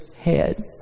head